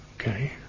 okay